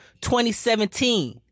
2017